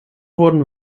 wurden